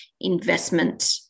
investment